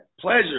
pleasure